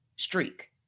streak